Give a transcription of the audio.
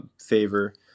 favor